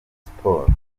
sports